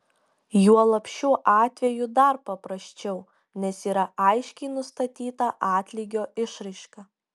juolab šiuo atveju dar paprasčiau nes yra aiškiai nustatyta atlygio išraiška